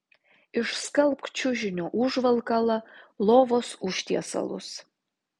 išskalbk čiužinio užvalkalą lovos užtiesalus